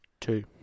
two